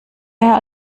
mehr